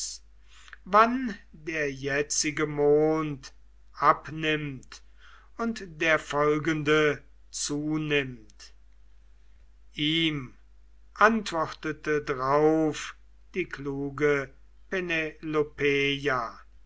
wann der jetzige mond abnimmt und der folgende zunimmt ihm antwortete drauf die kluge